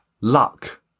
luck